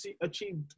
achieved